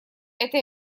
это